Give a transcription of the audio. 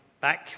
back